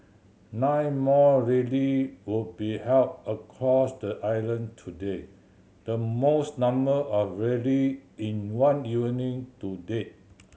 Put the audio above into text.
nine more rally will be held across the island today the most number of rally in one evening to date